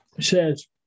says